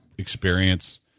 experience